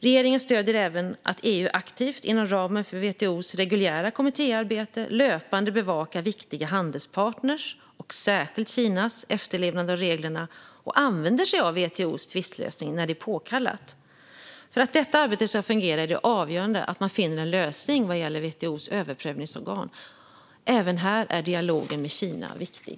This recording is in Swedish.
Regeringen stöder även att EU aktivt, inom ramen för WTO:s reguljära kommittéarbete, löpande bevakar viktiga handelspartners, och särskilt Kinas, efterlevnad av reglerna samt använder sig av WTO:s tvistlösning när det är påkallat. För att detta arbete ska fungera är det avgörande att man finner en lösning vad gäller WTO:s överprövningsorgan. Även här är dialogen med Kina viktig.